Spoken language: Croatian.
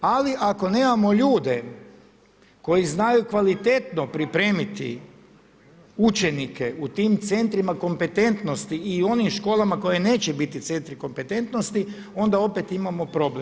Ali ako nemamo ljudi koji znaju kvalitetno pripremiti učenike u tim centrima kompetentnosti i u onim školama koje neće biti centri kompetentnosti, onda opet imamo problem.